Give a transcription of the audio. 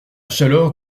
chaleur